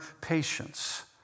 patience